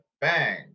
bang